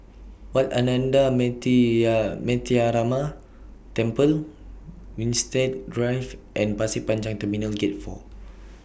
Wat Ananda Metyarama Temple Winstedt Drive and Pasir Panjang Terminal Gate four